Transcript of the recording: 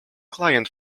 client